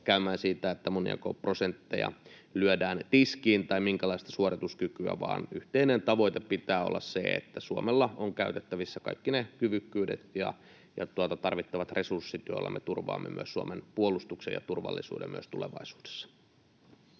käymään siitä, moniako prosentteja tai minkälaista suorituskykyä lyödään tiskiin, vaan yhteisenä tavoitteena pitää olla se, että Suomella on käytettävissä kaikki ne kyvykkyydet ja tarvittavat resurssit, joilla me turvaamme myös Suomen puolustuksen ja turvallisuuden myös tulevaisuudessa.